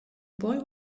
boy